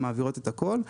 הן מעבירות את הכול,